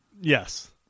Yes